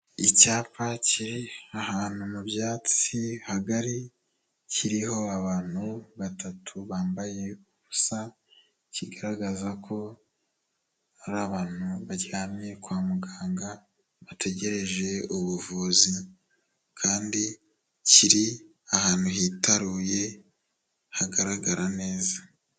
Icyapa kiri ahantu mu byatsi hagari kiriho abantu batatu bambaye ubusa, kigaragaza ko ari abantu baryamye kwa muganga bategereje ubuvuzi kandi kiri ahantu hitaruye hagaragara neza.